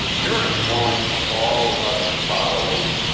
you're employing all of your bodily,